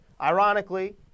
Ironically